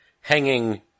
hanging